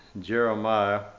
Jeremiah